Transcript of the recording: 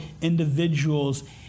individuals